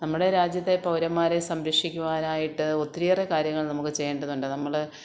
നമ്മുടെ രാജ്യത്തെ പൗരന്മാരെ സംരക്ഷിക്കുവാനായിട്ട് ഒത്തിരിയേറെ കാര്യങ്ങൾ നമുക്ക് ചെയ്യേണ്ടതുണ്ട് നമ്മൾ